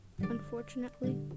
unfortunately